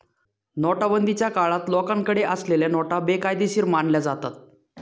नोटाबंदीच्या काळात लोकांकडे असलेल्या नोटा बेकायदेशीर मानल्या जातात